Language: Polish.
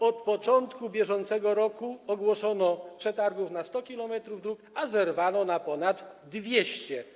Od początku br. ogłoszono przetargi na 100 km dróg, a zerwano na ponad 200.